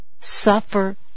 suffer